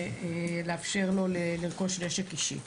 ולאפשר לו לרכוש נשק אישי.